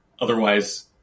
Otherwise